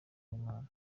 z’imana